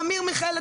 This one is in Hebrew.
אמיר מיכאל,